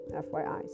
fyi